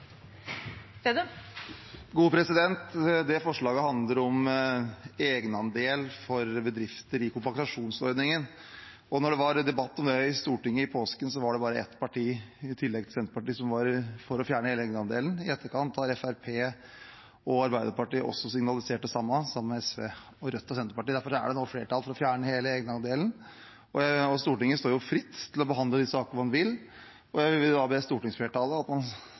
Det forslaget handler om egenandel for bedrifter i kompensasjonsordningen. Da det var debatt om det i Stortinget i påsken, var det bare ett parti – i tillegg til Senterpartiet – som var for å fjerne hele egenandelen. I etterkant har Fremskrittspartiet og Arbeiderpartiet også signalisert det samme, sammen med SV, Rødt og Senterpartiet. Derfor er det nå flertall for å fjerne hele egenandelen. Stortinget står fritt til å behandle de saker man vil, og jeg vil da be stortingsflertallet stemme i tråd med det man har uttrykt i media, at man